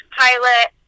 pilot